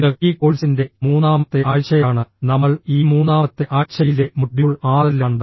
ഇത് ഈ കോഴ്സിന്റെ മൂന്നാമത്തെ ആഴ്ചയാണ് നമ്മൾ ഈ മൂന്നാമത്തെ ആഴ്ചയിലെ മൊഡ്യൂൾ 6 ലാണ്